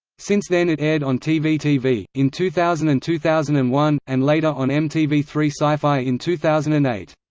since then it aired on tvtv! in two thousand and two thousand and one, and later on m t v three scifi in two thousand and eight.